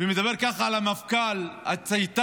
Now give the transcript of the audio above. מדבר ככה על המפכ"ל הצייתן,